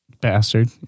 Bastard